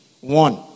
One